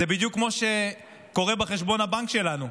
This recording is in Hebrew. זה בדיוק כמו שקורה בחשבון הבנק שלנו,